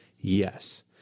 Yes